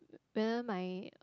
parent my